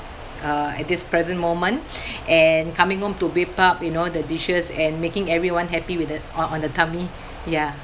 uh at this present moment and coming home to whip up you know the dishes and making everyone happy with it or on the tummy ya